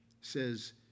says